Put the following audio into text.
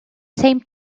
same